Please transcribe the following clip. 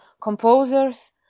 composers